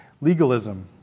legalism